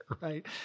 right